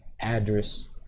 address